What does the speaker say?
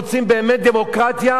רוצים באמת דמוקרטיה,